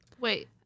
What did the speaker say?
Wait